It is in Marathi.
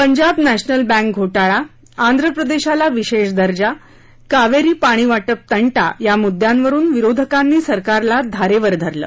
पंजाब नॅशनल बँक घोटाळा आंध्र प्रदेशाला विशेष दर्जा कावेरी पाणीवाटप तंटा या मुद्दयांवरुन विरोधकांनी सरकारला धारेवर धरलं